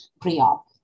pre-op